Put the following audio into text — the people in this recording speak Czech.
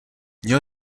měl